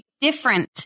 different